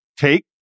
take